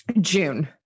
June